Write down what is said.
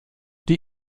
die